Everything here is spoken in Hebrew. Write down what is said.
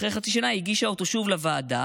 אחרי חצי שנה, היא הגישה אותו שוב לוועדה,